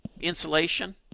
insulation